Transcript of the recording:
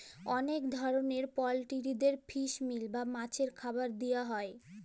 অলেক ধরলের পলটিরিদের ফিস মিল বা মাছের খাবার দিয়া হ্যয়